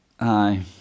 Aye